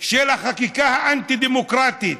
של החקיקה האנטי-דמוקרטית,